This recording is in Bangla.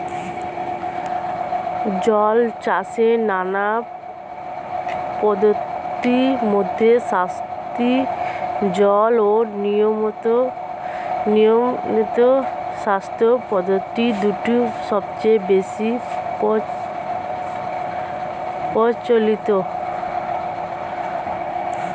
জলচাষের নানা পদ্ধতির মধ্যে স্থায়ী জল ও নিয়ন্ত্রিত স্রোত পদ্ধতি দুটি সবচেয়ে বেশি প্রচলিত